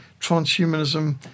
transhumanism